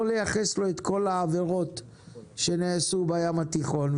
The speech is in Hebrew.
לייחס לו את כל העבירות שנעשו בים התיכון,